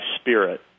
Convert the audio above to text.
spirit